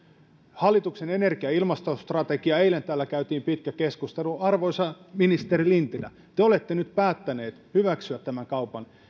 hallituksen energia ja ilmastostrategiasta eilen täällä käytiin pitkä keskustelu arvoisa ministeri lintilä te olette nyt päättänyt hyväksyä tämän kaupan